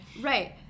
Right